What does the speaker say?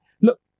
look